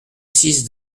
six